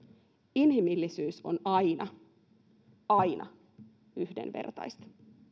inhimillisyys on aina aina yhdenvertaista